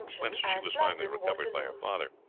whence she was finally recovered by her father.